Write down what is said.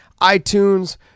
iTunes